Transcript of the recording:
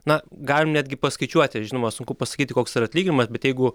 na galim netgi paskaičiuoti žinoma sunku pasakyti koks yra atlyginimas bet jeigu